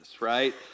right